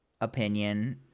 opinion